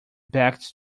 back